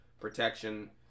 protection